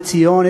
לציון,